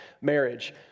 marriage